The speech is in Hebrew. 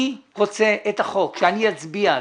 אני רוצה את החוק, שאני אצביע עליו.